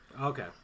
Okay